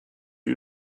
you